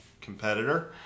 competitor